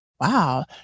wow